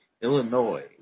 Illinois